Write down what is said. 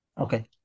Okay